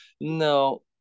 No